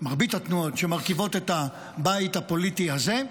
שמרכיבות את הבית הפוליטי הזה,